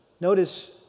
Notice